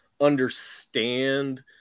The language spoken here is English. understand